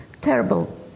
terrible